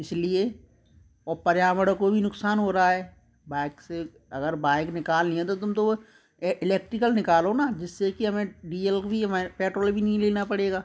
इसलिए और पर्यावरण को भी नुकसान हो रहा है बाइक से अगर बाइक निकालनी है तो तुम तो वो इलेक्ट्रिकल निकालो न जिससे कि हमें हमारे पेट्रोल भी नहीं लेना पड़ेगा